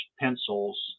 pencils